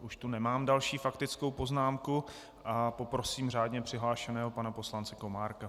Už tu nemám další faktickou poznámku a poprosím řádně přihlášeného pana poslance Komárka.